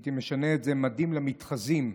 הייתי משנה את זה ל"ממדים למתחזים".